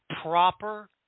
proper